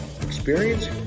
experience